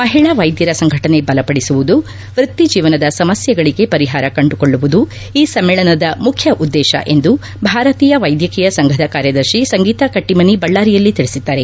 ಮಹಿಳಾ ವೈದ್ಯರ ಸಂಘಟನೆ ಬಲಪಡಿಸುವುದು ವೃತ್ತಿ ಜೀವನದ ಸಮಸ್ಯೆಗಳಿಗೆ ಪರಿಹಾರ ಕಂಡುಕೊಳ್ಳುವುದು ಈ ಸಮ್ಮೇಳನದ ಮುಖ್ಯ ಉದ್ದೇಶ ಎಂದು ಭಾರತೀಯ ವೈದ್ಯಕೀಯ ಸಂಘದ ಕಾರ್ಯದರ್ಶಿ ಸಂಗೀತ ಕಟ್ಟಮನಿ ಬಳ್ಳಾರಿಯಲ್ಲಿ ತಿಳಿಸಿದ್ದಾರೆ